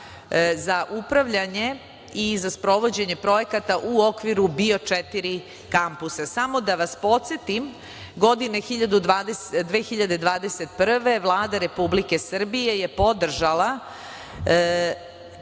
za upravljanje i za sprovođenje projekata u okviru BIO4 kampusa. Da vas podsetim, godine 2021. Vlada Republike Srbije je podržala